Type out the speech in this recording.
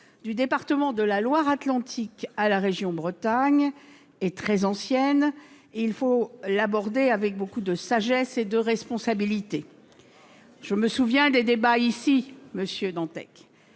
du département de la Loire-Atlantique à la région Bretagne est très ancienne, et il faut l'aborder avec beaucoup de sagesse et de responsabilité. Très bien ! Je me souviens des débats ici, monsieur Dantec.